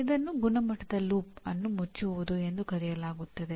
ಇದನ್ನು ಗುಣಮಟ್ಟದ ಲೂಪ್ ಅನ್ನು ಮುಚ್ಚುವುದು ಎಂದು ಕರೆಯಲಾಗುತ್ತದೆ